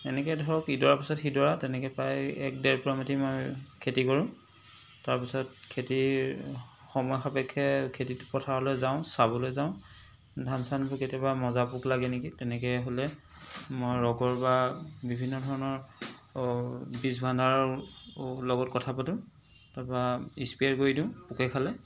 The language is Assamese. সেনেকৈ ধৰক ইডৰাৰ পাছত সিডৰা তেনেকৈ প্ৰায় এক ডেৰ পূৰা মাটি মই খেতি কৰোঁ তাৰ পিছত খেতিৰ সময় সাপেক্ষে খেতি পথাৰলৈ যাওঁ চাবলৈ যাওঁ ধান চানবোৰ কেতিয়াবা মজা পোক লাগে নেকি তেনেকৈ হ'লে মই ৰগৰ বা বিভিন্ন ধৰণৰ বীজ ভাণ্ডাৰৰ লগত কথা পাতোঁ তাৰ পৰা স্প্ৰে' কৰি দিওঁ পোকে খালে